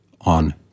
on